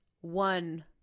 one